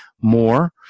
more